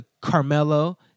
Carmelo